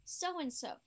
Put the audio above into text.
so-and-so